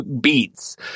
beats